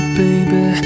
baby